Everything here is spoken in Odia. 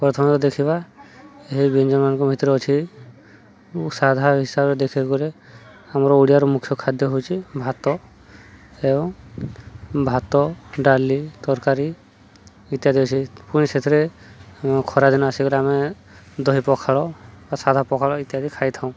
ପ୍ରଥମ ଦେଖିବା ଏହି ବ୍ୟଞ୍ଜନମାନଙ୍କ ଭିତରେ ଅଛି ସାଧା ହିସାବରେ ଦେଖିବାକୁ ଗଲେ ଆମର ଓଡ଼ିଆର ମୁଖ୍ୟ ଖାଦ୍ୟ ହେଉଛି ଭାତ ଏବଂ ଭାତ ଡାଲି ତରକାରୀ ଇତ୍ୟାଦି ଅଛି ପୁଣି ସେଥିରେ ଖରାଦିନେ ଆସିକରି ଆମେ ଦହି ପଖାଳ ବା ସାଧା ପଖାଳ ଇତ୍ୟାଦି ଖାଇଥାଉ